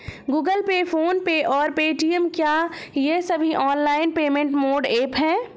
Google Pay PhonePe और Paytm क्या ये सभी ऑनलाइन पेमेंट मोड ऐप हैं?